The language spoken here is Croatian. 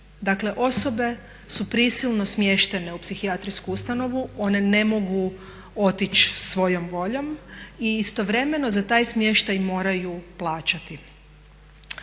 osobe su prisilno smješteno u psihijatrijsku ustanovu, one ne mogu otići svojom voljom i istovremeno za taj smještaj moraju plaćati.